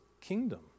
kingdom